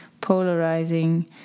polarizing